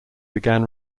began